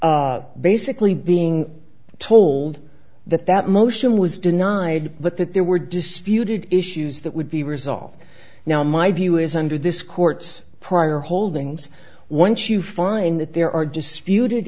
may basically being told that that motion was denied but that there were disputed issues that would be resolved now my view is under this court's prior holdings once you find that there are disputed